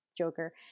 joker